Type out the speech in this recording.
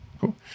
Cool